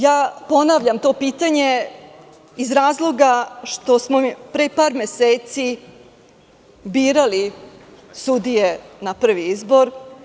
Ja ponavljam to pitanje, iz razloga što smo pre par meseci birali sudije na prvi izbor.